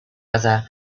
other